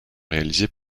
réalisés